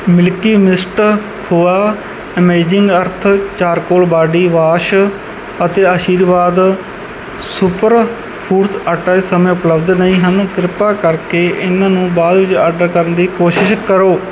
Milky Mist khoa amazing earth charcoal body wash ਅਤੇ Aashirvaad super foods atta ਇਸ ਸਮੇਂ ਉਪਲਬਧ ਨਹੀਂ ਹਨ ਕਿਰਪਾ ਕਰਕੇ ਇਹਨਾਂ ਨੂੰ ਬਾਅਦ ਵਿੱਚ ਆਰਡਰ ਕਰਨ ਦੀ ਕੋਸ਼ਿਸ਼ ਕਰੋ